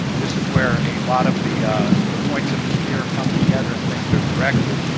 this is where a lot of the the points of the spear come together and things are directed.